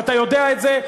ואתה יודע את זה.